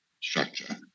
structure